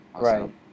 Right